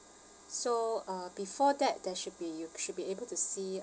so uh before that there should be you should be able to see